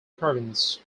province